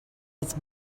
his